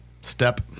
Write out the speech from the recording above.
Step